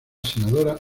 senadora